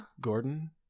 Gordon